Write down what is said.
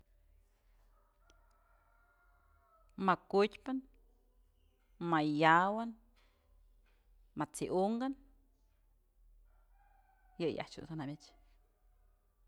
Ma'a kutyë pën, ma yawën, ma t'si unkën yëyë ajtyëch dun ta jamyëch.